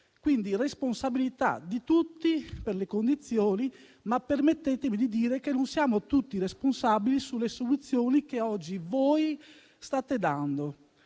Quindi, la responsabilità è di tutti per le condizioni, ma permettetemi di dire che non siamo tutti responsabili per le soluzioni che oggi voi state dando.